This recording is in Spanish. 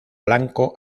blanco